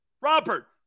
Robert